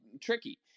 tricky